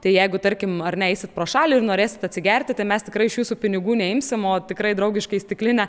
tai jeigu tarkim ar ne eisit pro šalį ir norėsit atsigerti tai mes tikrai iš jūsų pinigų neimsim o tikrai draugiškai stiklinę